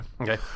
Okay